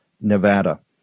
Nevada